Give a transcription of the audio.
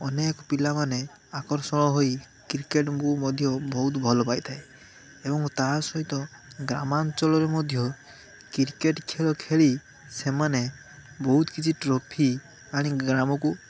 ଅନେକ ପିଲାମାନେ ଆକର୍ଷଣ ହୋଇ କ୍ରିକେଟକୁ ମୁଁ ମଧ୍ୟ ବହୁତ ଭଲ ପାଇ ଥାଏ ଏବଂ ତା ସହିତ ଗ୍ରାମାଞ୍ଚଳରେ ମଧ୍ୟ କ୍ରିକେଟ ଖେଳ ଖେଳି ସେମାନେ ବହୁତ କିଛି ଟ୍ରଫି ଆଣି ଗ୍ରାମକୁ